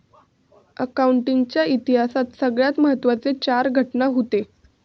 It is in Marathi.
अकाउंटिंग च्या इतिहासात सगळ्यात महत्त्वाचे चार घटना हूते